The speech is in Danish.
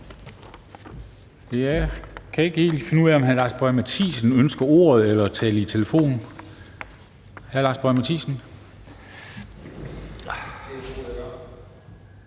Jeg kan ikke helt finde ud af, om hr. Lars Boje Mathiesen ønsker ordet eller at tale i telefon. Hr. Lars Boje Mathiesen.